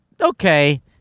okay